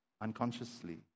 unconsciously